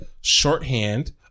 shorthand